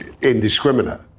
indiscriminate